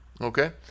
Okay